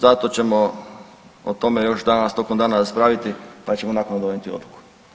Zato ćemo o tome još danas tokom dana raspraviti pa ćemo naknadno donijeti odluku.